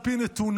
על פי נתוניו,